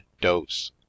dose